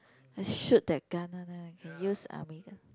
let's shoot that gun one lah can use army gun